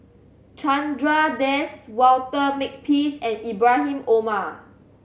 Chandra Das Walter Makepeace and Ibrahim Omar